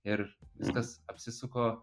ir viskas apsisuko